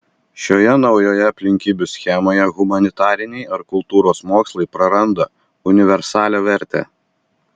šioje naujoje aplinkybių schemoje humanitariniai ar kultūros mokslai praranda universalią vertę